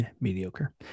Mediocre